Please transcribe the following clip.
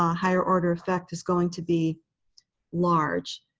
um higher-order effect is going to be large.